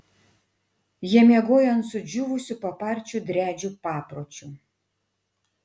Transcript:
jie miegojo ant sudžiūvusių paparčių driadžių papročiu